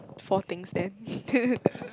four things then